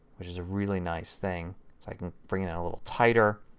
which is a really nice thing. so i can bring it in a little tighter,